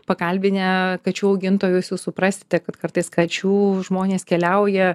pakalbinę kačių augintojus jūs suprasite kad kartais kačių žmonės keliauja